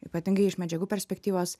ypatingai iš medžiagų perspektyvos